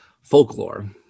folklore